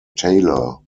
taylor